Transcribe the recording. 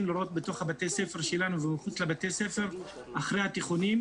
לראות בתוך בתי הספר שלנו ומחוץ לבתי הספר אחרי התיכונים,